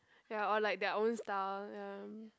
ya or like their own stuff ya